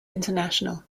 international